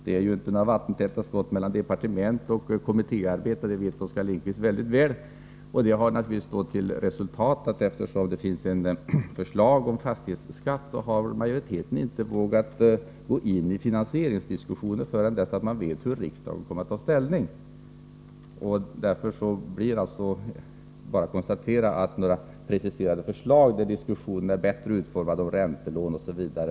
Det är ju inga vattentäta skott mellan departement och kommittéarbete, vilket Oskar Lindkvist väldigt väl vet. Det har resulterat i att eftersom det finns ett förslag om fastighetsskatt, har majoriteten inte vågat gå in i finansieringsdiskussioner förrän den vet hur riksdagen kommer att ta ställning. Det är därför bara att konstatera att det inte kommer några preciserade förslag om bättre utformade räntelån osv.